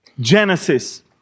Genesis